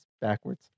backwards